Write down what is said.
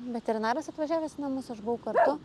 veterinaras atvažiavęs į namus aš buvau kartu